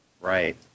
Right